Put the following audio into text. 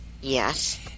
Yes